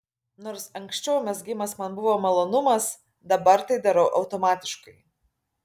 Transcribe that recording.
nors anksčiau mezgimas man buvo malonumas dabar tai darau automatiškai